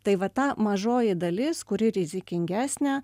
tai va ta mažoji dalis kuri rizikingesnė